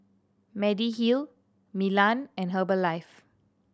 Mediheal Milan and Herbalife